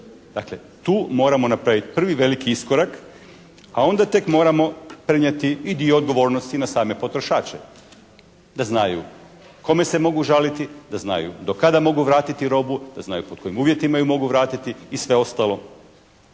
Dakle, tu moramo napraviti prvi veliki iskorak, a onda tek moramo prenijeti i dio odgovornosti na same potrošače da znaju kome se mogu žaliti, da znaju do kada mogu vratiti robu, da znaju pod kojim uvjetima je mogu vratiti i sve ostalo.